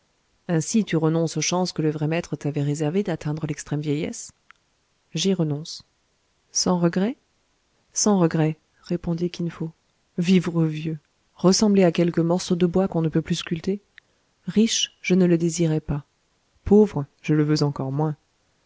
ainsi tu renonces aux chances que le vrai maître t'avait réservées d'atteindre l'extrême vieillesse j'y renonce sans regrets sans regrets répondit kin fo vivre vieux ressembler à quelque morceau de bois qu'on ne peut plus sculpter riche je ne le désirais pas pauvre je le veux encore moins